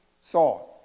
saw